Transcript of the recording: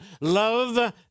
Love